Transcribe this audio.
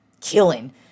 killing